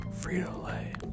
Frito-Lay